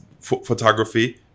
photography